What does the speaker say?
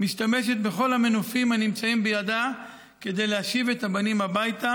משתמשת בכל המנופים הנמצאים בידה כדי להשיב את הבנים הביתה